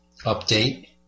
update